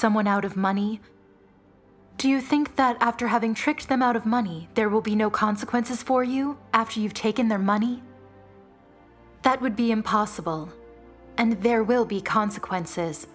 someone out of money do you think that after having tricked them out of money there will be no consequences for you after you've taken their money that would be impossible and there will be consequences